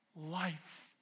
Life